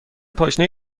پاشنه